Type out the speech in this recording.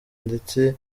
ndetse